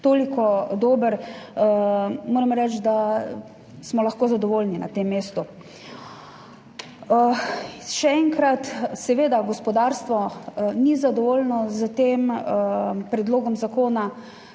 toliko dober, moram reči, da smo lahko na tem mestu zadovoljni. Še enkrat, seveda gospodarstvo ni zadovoljno s tem predlogom zakona,